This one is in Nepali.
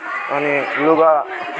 अनि लुगा